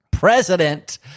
president